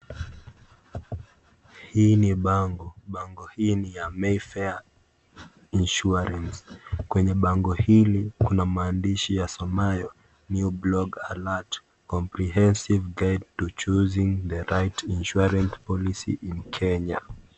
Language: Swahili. Hii ni bango. Bango hii ni ya Mayfair Insurance. Kwenye bango hii ni kuna mandishi yasomayo, (cs) New Block Alert, comprehensive guide to choosing the right insurance policy in Kenya(cs).